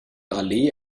allee